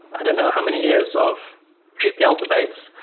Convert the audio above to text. i don't know how many years of gpl debates,